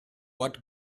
what